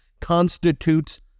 constitutes